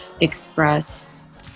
express